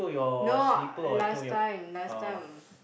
no uh last time last time